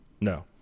No